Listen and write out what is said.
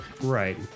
Right